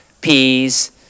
peas